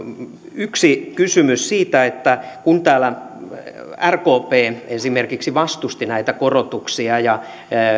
yksi kysymys siitä että kun täällä esimerkiksi rkp vastusti näitä korotuksia ja